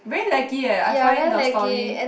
very laggy eh I find the story